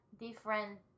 different